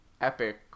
epic